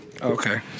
Okay